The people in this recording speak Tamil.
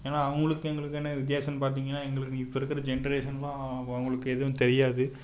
ஏன்னா அவங்களுக்கும் எங்களுக்கும் என்ன வித்தியாசன்னு பார்த்திங்கன்னா எங்களுக்கு இப்போ இருக்கிற ஜென்ரேஷன்லாம் அப்போ அவங்களுக்கு எதுவும் தெரியாது